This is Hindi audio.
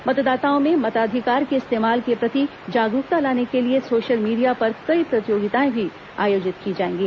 मतदाताओं में मताधिकार के इस्तेमाल के प्रति जागरूकता लाने के लिए सोशल मीडिया पर कई प्रतियोगिताएं भी आयोजित की जाएंगी